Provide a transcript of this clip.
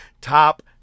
Top